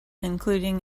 including